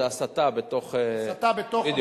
זה הסטה בתוך, הסטה בתוך המשרד.